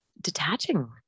detaching